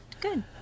Good